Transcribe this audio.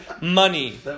money